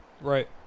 Right